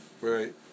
Right